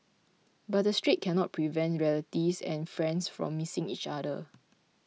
but the Strait cannot prevent relatives and friends from missing each other